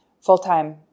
full-time